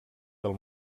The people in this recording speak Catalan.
del